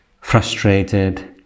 frustrated